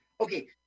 Okay